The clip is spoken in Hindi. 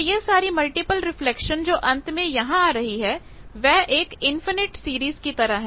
तो यह सारी मल्टीपल रिफ्लेक्शन जो अंत में यहां आ रही है वह एक इनफिनिटी सीरीज की तरह है